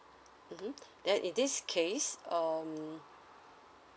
mmhmm then in this case um